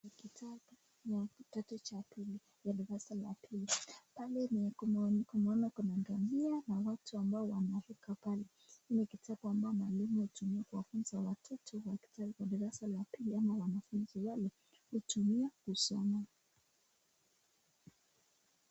Hiki kitabu ni ya kidato cha pili, ya darasa la pili. Pale nimekuwa nimekuwa nimeona kuna ngamia na watu ambao wanaruka pale. Hiki ni kitabu ambacho walimu hutumia kufunza watoto wa darasa la pili ama wanafunzi wale hutumia kusoma.